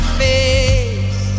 face